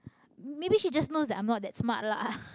maybe she just knows I'm not that smart lah